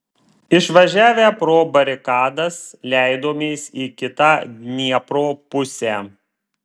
išvažiavę pro barikadas leidomės į kitą dniepro pusę